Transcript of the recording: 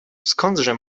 skądże